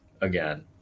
again